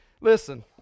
Listen